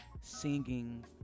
singing